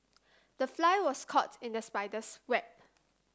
the fly was caught in the spider's web